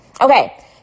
Okay